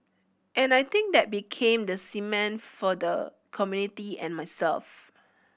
and I think that became the cement for the community and myself